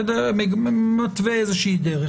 מתווה דרך.